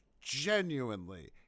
Genuinely